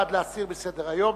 בעד להסיר מסדר-היום.